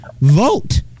Vote